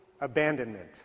abandonment